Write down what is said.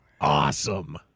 awesome